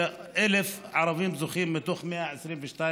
כ-1,000 ערבים זוכים מתוך 122,000,